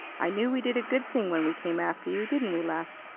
i knew we did a good thing when we came after you. didn't we, les?